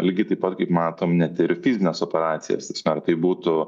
lygiai taip pat kaip matom ne tik fizines operacijas ta prasme ar tai būtų